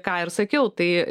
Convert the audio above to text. ką ir sakiau tai